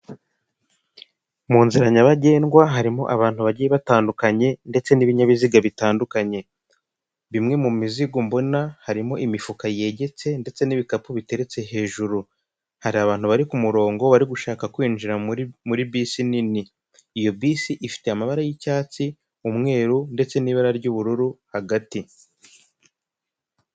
Mu nzira nyabagendwa harimo abantu bagiye batandukanye ndetse n'ibinyabiziga bitandukanye. Bimwe mu mizigo mbona harimo imifuka yegetse, ndetse n'ibikapu biteretse hejuru. Hari abantu bari ku murongo, bari gushaka kwinjira muri bisi nini. Iyo bisi ifite amabara y'icyatsi, umweru, ndetse n'ibara ry'ubururu hagati.